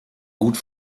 gut